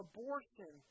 Abortion